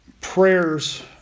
prayers